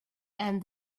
and